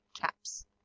CAPS